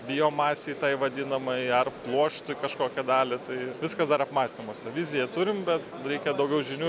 biomasei tai vadinamai ar pluoštui kažkokią dalį tai viskas dar apmąstymuose viziją turim bet reikia daugiau žinių